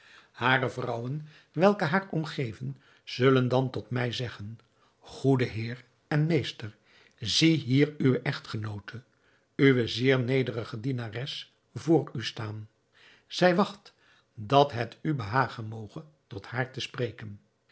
hare vrouwen welke haar omgeven zullen dan tot mij zeggen goede heer en meester zie hier uwe echtgenoote uwe zeer nederige dienares voor u staan zij wacht dat het u behagen moge tot haar te spreken